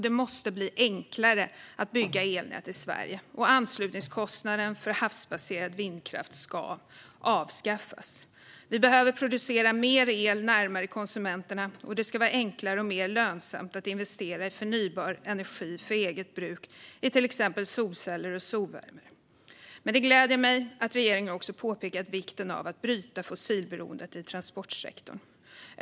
Det måste bli enklare att bygga elnät i Sverige. Anslutningskostnaden för havsbaserad vindkraft ska avskaffas. Vi behöver producera mer el närmare konsumenterna, och det ska vara enklare och mer lönsamt att investera i förnybar energi för eget bruk, till exempel solceller och solvärme. Det gläder mig att regeringen också har påpekat vikten av att bryta fossilberoendet i transportsektorn.